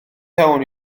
iawn